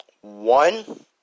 One